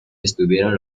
estuvieron